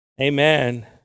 Amen